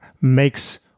makes